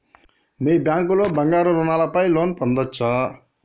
మీ bank లో బంగారు ఆభరణాల పై లోన్ పొందచ్చా?